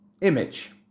image